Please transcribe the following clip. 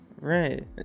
Right